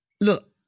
Look